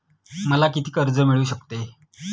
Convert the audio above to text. मला किती कर्ज मिळू शकते?